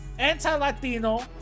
Anti-Latino